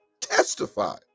testify